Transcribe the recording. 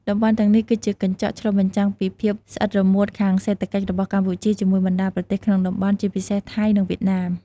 តំបន់ទាំងនេះគឺជាកញ្ចក់ឆ្លុះបញ្ចាំងពី ភាពស្អិតរមួតខាងសេដ្ឋកិច្ច របស់កម្ពុជាជាមួយបណ្តាប្រទេសក្នុងតំបន់ ជាពិសេសថៃ និងវៀតណាម។